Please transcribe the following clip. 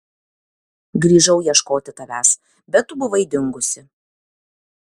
grįžau ieškoti tavęs bet tu buvai dingusi